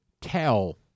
tell